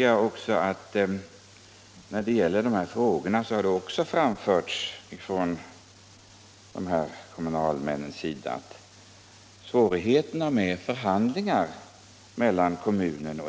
här kommunalmännen har också framhållit de svårigheter som är förenade med förhandlingar mellan kommunen och SJ.